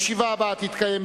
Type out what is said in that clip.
כי ועדת העבודה,